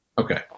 Okay